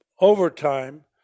overtime